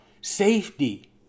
safety